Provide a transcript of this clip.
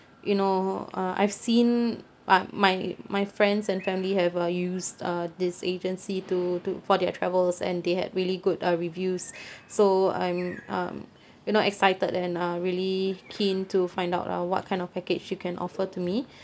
you know uh I've seen my my my friends and family have uh used uh this agency to to for their travels and they had really good uh reviews so I'm um you know excited and uh really keen to find out uh what kind of package you can offer to me